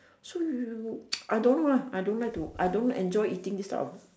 so you I don't know lah I don't like to I don't like enjoy eating these type of